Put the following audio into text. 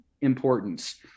importance